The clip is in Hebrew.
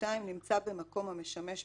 (2)נמצא במקום המשמש,